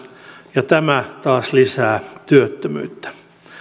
ja tämä taas lisää työttömyyttä